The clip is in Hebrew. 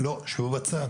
לא, שבו בצד.